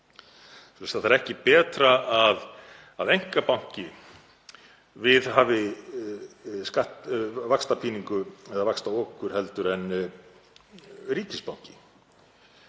Það er ekki betra að einkabanki viðhafi vaxtapíningu eða vaxtaokur heldur en ríkisbanki.